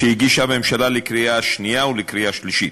שהגישה הממשלה, לקריאה שנייה ולקריאה שלישית.